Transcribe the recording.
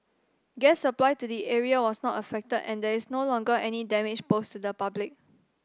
gas supply to the area was not affected and there is no longer any danger posed to the public